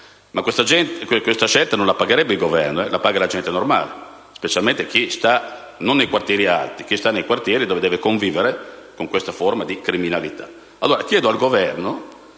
Ma questa scelta non la pagherebbe il Governo, bensì la gente normale, specialmente chi vive non nei quartieri alti ma in quelli dove si convive con queste forme di criminalità.